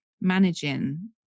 managing